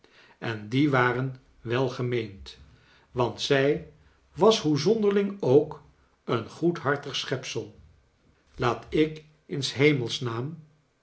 en die waren welgemeend want zij was hoe zonderling ook een goedharbig schepsel laat ik in